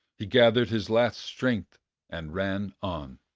he gathered his last strength and ran on.